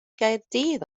gaerdydd